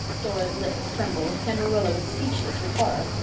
dora's lip trembled and marilla was speechless with horror.